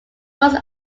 most